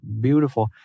beautiful